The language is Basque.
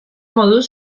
moduz